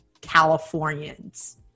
Californians